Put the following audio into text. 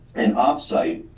and offsite,